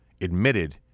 admitted